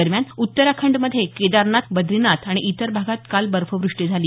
दरम्यान उत्तराखंडमध्ये केदारनाथ बद्रीनाथ आणि इतर भागात काल बर्फवृष्टी झाली